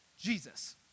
Jesus